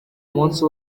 munsi